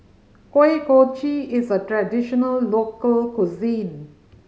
Kuih Kochi is a traditional local cuisine